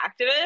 activist